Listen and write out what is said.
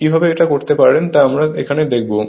কিভাবে এটা করতে পারেন তা আমরা এখানে দেখবো